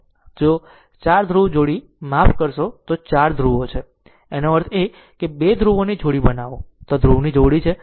જો 4 ધ્રુવ જોડી માફ કરશો જો 4 ધ્રુવો છે તેનો અર્થ એ કે 2 ધ્રુવોની જોડી બનાવો આ ધ્રુવ જોડી છે